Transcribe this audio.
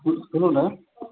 देलू ने